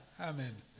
Amen